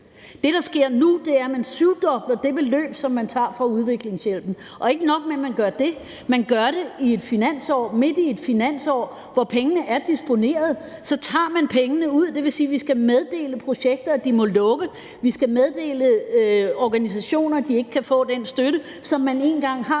Det, der sker nu, er, at man syvdobler det beløb, som man tager fra udviklingshjælpen, og ikke nok med, at man gør det, men man gør det også midt i et finansår, hvor pengene er disponeret. Så tager man pengene ud, og det vil sige, at vi skal meddele projekter, at de må lukke, at vi skal meddele organisationer, at de ikke kan få den støtte, som man en gang har